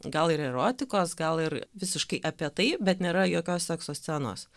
gal ir erotikos gal ir visiškai apie tai bet nėra jokios sekso scenos